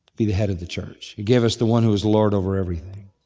be the head of the church. he gave us the one who is lord over everything.